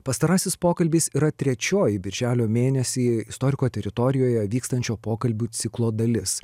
pastarasis pokalbis yra trečioji birželio mėnesį istoriko teritorijoje vykstančio pokalbių ciklo dalis